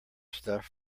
stuff